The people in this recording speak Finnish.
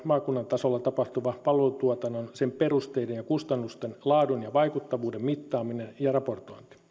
tasolla tapahtuva palvelutuotannon sen perusteiden ja kustannusten laadun ja vaikuttavuuden mittaaminen ja raportointi